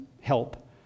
help